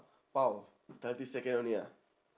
!wow! thirty second only ah